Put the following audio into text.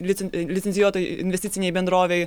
licen licencijuotai investicinei bendrovei